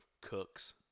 Cooks